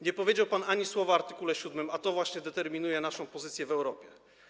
Nie powiedział pan ani słowa o art. 7, a to właśnie determinuje naszą pozycję w Europie.